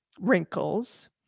wrinkles